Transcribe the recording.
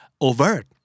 overt